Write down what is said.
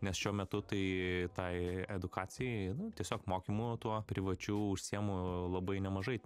nes šiuo metu tai tai edukacijai nu tiesiog mokymu tuo privačiu užsiėmimu labai nemažai